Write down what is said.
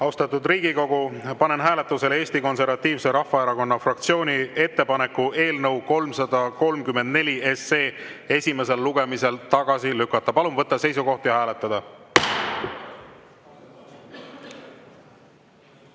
Austatud Riigikogu! Panen hääletusele Eesti Konservatiivse Rahvaerakonna fraktsiooni ettepaneku eelnõu 334 esimesel lugemisel tagasi lükata. Palun võtta seisukoht ja hääletada!